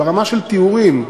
ברמה של תיאורים,